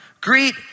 greet